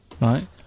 right